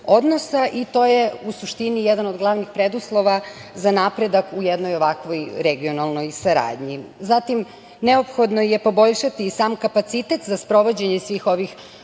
i to je u suštini jedan od glavnih preduslova za napredak u jednoj ovakvoj regionalnoj saradnji. Zatim, neophodno je poboljšati sam kapacitet za sprovođenje svih ovih